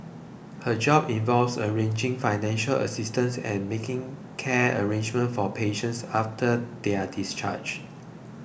her job involves arranging financial assistance and making care arrangements for patients after they are discharged